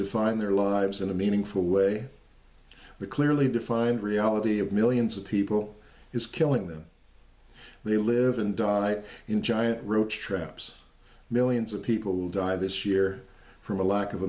define their lives in a meaningful way but clearly defined reality of millions of people is killing them they live and die in giant roach traps millions of people will die this year from a lack of